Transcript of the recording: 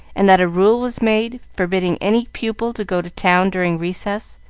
and that a rule was made forbidding any pupil to go to town during recess?